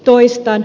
toistan